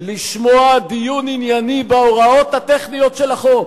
לשמוע דיון ענייני בהוראות הטכניות של החוק.